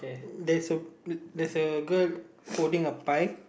there's a there's a girl holding a pie